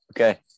Okay